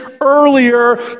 earlier